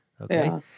okay